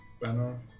banner